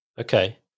okay